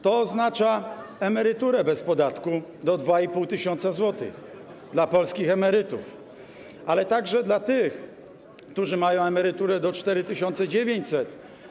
To oznacza emeryturę bez podatku do 2,5 tys. zł dla polskich emerytów, ale także dla tych, który mają emeryturę do 4900 zł.